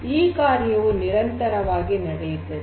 ಈ ಕಾರ್ಯವು ನಿರಂತರವಾಗಿ ನಡೆಯುತ್ತದೆ